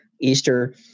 Easter